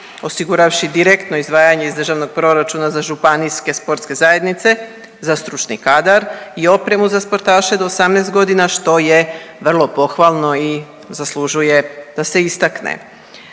osiguravši direktno izdvajanje iz državnog proračuna za županijske sportske zajednice, za stručni kadar i opremu za sportaše do 18 godina što je vrlo pohvalno i zaslužuje da se istakne.